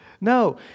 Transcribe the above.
No